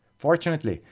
fortunately,